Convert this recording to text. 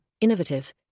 innovative